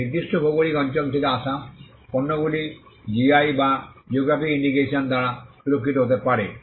তবে নির্দিষ্ট ভৌগলিক অঞ্চল থেকে আসা পণ্যগুলি জিআই বা জিওগ্রাফিক ইন্ডিকেশন দ্বারা সুরক্ষিত হতে পারে